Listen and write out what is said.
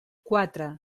quatre